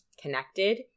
connected